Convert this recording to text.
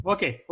Okay